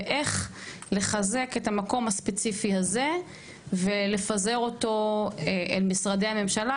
ואיך לחזק את המקום הספציפי הזה ולפזר אותו אל משרדי הממשלה,